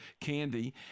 candy